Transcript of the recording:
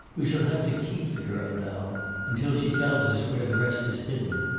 we shall have to keep the girl now until she tells us where the rest is hidden.